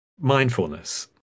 Mindfulness